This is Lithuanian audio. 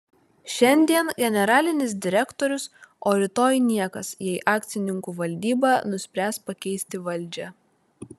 šiandien generalinis direktorius o rytoj niekas jei akcininkų valdyba nuspręs pakeisti valdžią